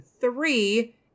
three